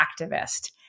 activist